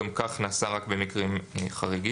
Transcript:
גם כך נעשה רק במקרים חריגים.